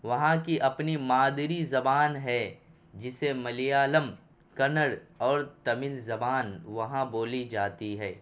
وہاں کی اپنی مادری زبان ہے جیسے ملیالم کنڑ اور تمل زبان وہاں بولی جاتی ہے